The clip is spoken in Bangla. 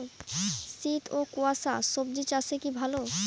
শীত ও কুয়াশা স্বজি চাষে কি ভালো?